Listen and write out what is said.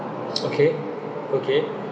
okay okay